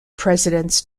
presidents